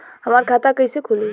हमार खाता कईसे खुली?